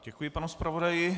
Děkuji panu zpravodaji.